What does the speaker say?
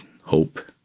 hope